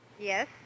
Yes